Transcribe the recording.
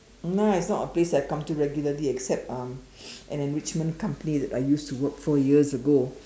no it's not a place I come to regularly except um an enrichment company that I used to work for years ago